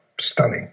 stunning